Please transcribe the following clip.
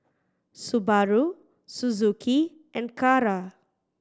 Subaru Suzuki and Kara